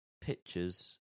pictures